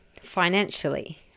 financially